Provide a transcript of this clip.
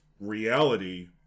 reality